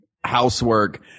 housework